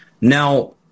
Now